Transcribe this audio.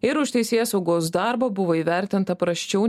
ir už teisėsaugos darbą buvo įvertinta prasčiau